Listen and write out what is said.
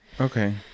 Okay